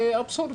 זה אבסורד.